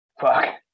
fuck